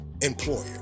employer